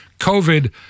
COVID